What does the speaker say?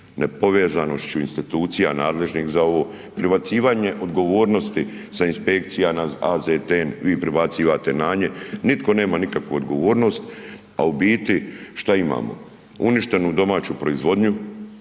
nepovezanošću institucija nadležnih za ovo, pribacivanje odgovornosti sa inspekcija AZTN, vi prebacivate na nje, nitko nema nikakvu odgovornost, a u biti šta imamo uništenu domaću proizvodnju,